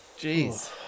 Jeez